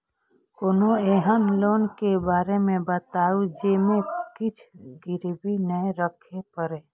कोनो एहन लोन के बारे मे बताबु जे मे किछ गीरबी नय राखे परे?